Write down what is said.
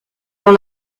dans